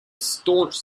staunch